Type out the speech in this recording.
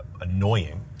annoying